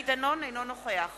אינו נוכח